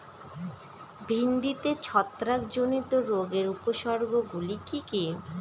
ভিন্ডিতে ছত্রাক জনিত রোগের উপসর্গ গুলি কি কী?